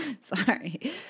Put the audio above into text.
Sorry